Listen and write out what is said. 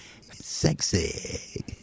Sexy